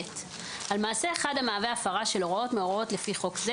על מעשה אחד המהווה הפרה של הוראה מההוראות לפי חוק זה